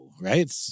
right